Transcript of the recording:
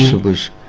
so of the